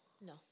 No